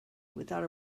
without